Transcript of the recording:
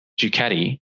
ducati